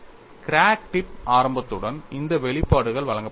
crack tip ஆரம்பத்துடன் இந்த வெளிப்பாடுகள் வழங்கப்படுகின்றன